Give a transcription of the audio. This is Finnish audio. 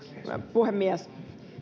puhemies